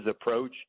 approach